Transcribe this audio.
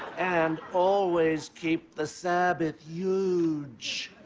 and, always keep the sabbath huge.